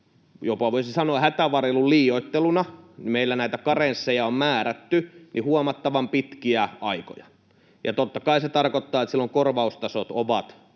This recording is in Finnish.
jopa, voisi sanoa, hätävarjelun liioitteluna meillä näitä karensseja on määrätty huomattavan pitkiä aikoja. Totta kai se tarkoittaa, että silloin korvaustasot ovat kasvaneet,